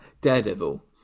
daredevil